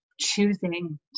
Choosing